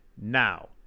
Now